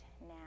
now